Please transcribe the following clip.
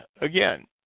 again